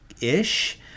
ish